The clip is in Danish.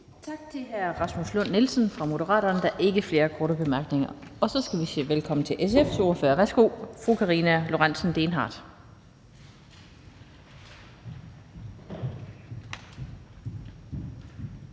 Tak til hr. Rasmus Lund-Nielsen fra Moderaterne. Der er ikke flere korte bemærkninger. Så skal vi sige velkommen til SF's ordfører. Værsgo til fru Karina Lorentzen Dehnhardt.